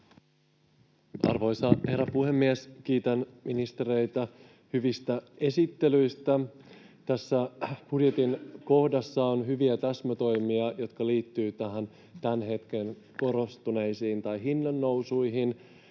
Arvoisa herra puhemies! Kiitän ministereitä hyvistä esittelyistä. Tässä budjetin kohdassa on hyviä täsmätoimia, jotka liittyvät näihin tämän hetken hinnannousuihin